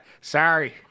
sorry